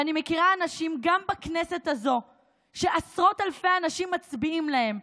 אני מכירה אנשים גם בכנסת הזאת שעשרות אלפי אנשים מצביעים להם,